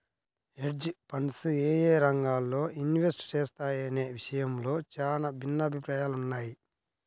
hedge funds యేయే రంగాల్లో invest చేస్తాయనే విషయంలో చానా భిన్నాభిప్రాయాలున్నయ్